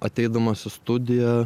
ateidamas į studiją